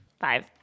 Five